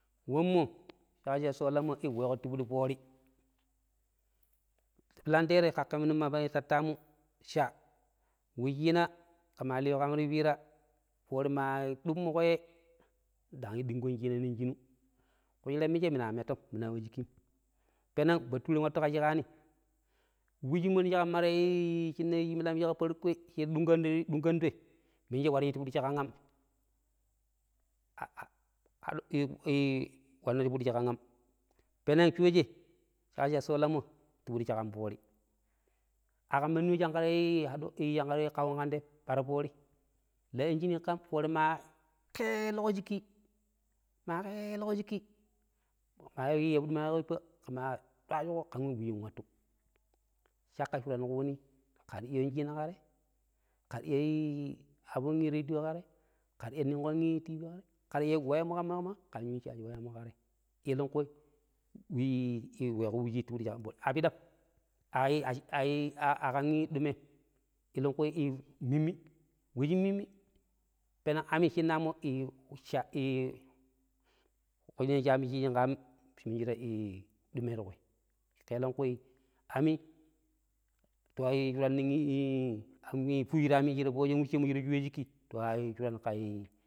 ﻿Wemmo we ƙo solammo ti piɗi foori, milam tere ƙaƙƙemu nog ma tattamusha we chiina ƙe ma liƙo ti piraa forii ma ɗummuƙo yei ndang ɗinƙon chinaa nog shinu, ƙu shirammisshe minu a mettom minun wa shigƙim, peneg Baturen wattu ƙa shiƙaani wucimmo shiiƙamma taii shinnaii ƙa shi farkoi shi ta ɗunƙan ɗunƙandoi minje wari shi ti piɗisshiƙan aam, ii wanna tipiɗisshi ƙan ii, wanna tipiɗisshi ƙan amm. peneg shoshee shi ƙaƙƙo sha sholammo wanna ti piɗi ƙan forii a ƙaam mandi we shinƙaii ta hade ii mandi wem sinƙa ƙan tem ɓaraa forii, la injinii ƙaam fori ma peeluƙo shigƙi-peelƙo shigƙi yapidi ma yɨko yippa ƙema a wraccuƙo ƙen wei wuci ndang wattu, shaƙƙai shuran ƙuni ƙe ta yun shengeu ƙa te, ƙe ta iyaii abun reduyo ƙa te, ƙe ta iya nigƙon tv ƙa te, ƙe ta iyaii jona ƙa mandi ƙin yun chaji ƙa te sai dai ko ii ƙelenƙu wena wuci tipiɗi ƙan forii, aii a piɗam, ai ai a ƙaam dumem, elenƙu ii mimmi, we shin mimmi peneg ammi shinna aammo shaii ƙelanƙu aamii tai yun shuraan ii an fushuru aamii wemmo shi ta shuwa shigƙi mo shi ta shuwa shigƙi.